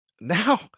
Now